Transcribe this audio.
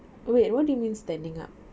wait what do you mean standing up